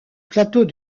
plateau